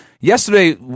yesterday